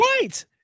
Right